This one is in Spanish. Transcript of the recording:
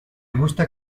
gusta